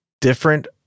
different